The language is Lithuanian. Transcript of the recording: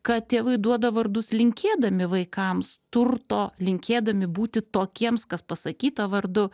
kad tėvai duoda vardus linkėdami vaikams turto linkėdami būti tokiems kas pasakyta vardu